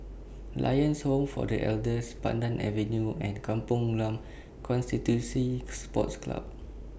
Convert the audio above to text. Lions Home For The Elders Pandan Avenue and Kampong Glam Constituency Sports Club